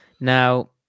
Now